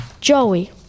joey